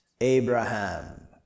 Abraham